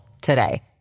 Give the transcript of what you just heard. today